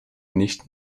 nicht